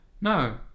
No